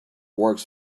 works